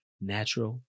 Natural